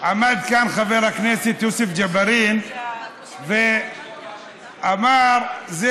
עמד כאן חבר הכנסת יוסף ג'בארין ואמר: זה